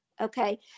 okay